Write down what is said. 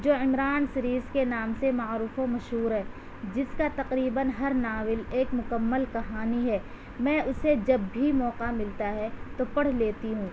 جو عمران سیریز کے نام سے معروف و مشہور ہے جس کا تقریباََ ہر ناول ایک مکمل کہانی ہے میں اسے جب بھی موقع ملتا ہے تو پڑھ لیتی ہوں